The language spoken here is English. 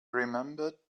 remembered